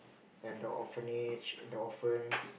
and the orphanage the orphans